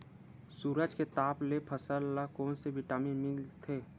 सूरज के ताप ले फसल ल कोन ले विटामिन मिल थे?